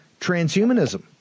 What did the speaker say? transhumanism